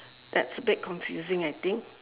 that's bit confusing I think